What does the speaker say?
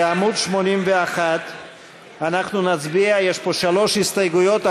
בעמוד 81 יש שלוש הסתייגויות,